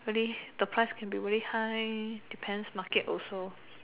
very the price can be very high depends market also